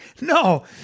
No